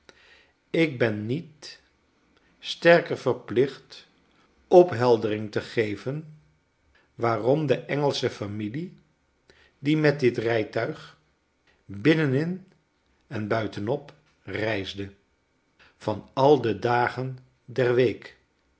ik ben niet sterker verplicht opheldering te geven waarom de engelsche familie die met dit rijtuig binnenin en buitenop reisde van al de dagen der week